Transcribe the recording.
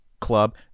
club